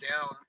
down